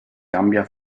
gambia